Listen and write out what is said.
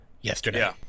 yesterday